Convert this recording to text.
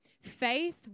faith